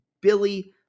Billy